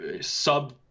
sub